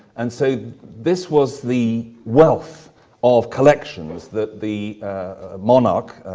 and so this was the wealth of collections that the monarch,